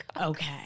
Okay